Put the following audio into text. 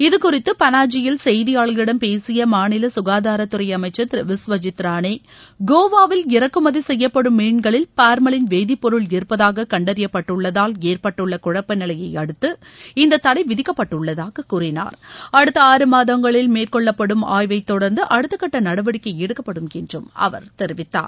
இது குறித்து பனாஜியில் செய்தியாளர்களிடம் பேசிய மாநில சுகாதாரத்துறை அமைச்சர் திரு விஸ்வஜித் ரானே கோவாவில் இறக்குமதி செய்யப்படும் மீன்களில் பார்மலின் வேதிப்பொருள் இருப்பதாக கண்டறிபப்பட்டுள்ளதால் ஏற்பட்டுள்ள குழப்ப நிலையை அடுத்து இந்த தடை விதிக்கப்பட்டுள்ளதாகக் கூறினார் அடுத்த ஆறு மாதங்களில் மேற்கொள்ளப்படும் ஆய்வைத் தொடர்ந்து அடுத்த கட்ட நடவடிக்கை எடுக்கப்படும் என்று அவர் தெரிவித்தார்